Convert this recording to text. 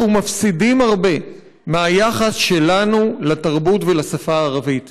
אנחנו מפסידים הרבה מהיחס שלנו לתרבות ולשפה הערבית.